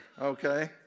okay